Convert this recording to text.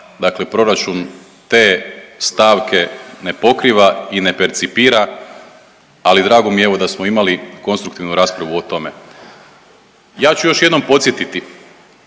dakle proračun te stavke ne pokriva i ne percipira, ali drago mi je evo da smo imali konstruktivnu raspravu o tome. Ja ću još jednom podsjetiti